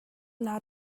naa